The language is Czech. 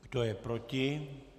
Kdo je proti?